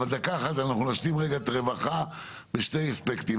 דקה אחת נשלים רגע את הרווחה בשני אספקטים.